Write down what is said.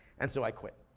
and so i quit.